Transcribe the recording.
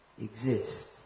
exist